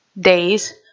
days